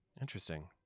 Interesting